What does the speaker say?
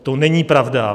To není pravda.